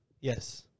Yes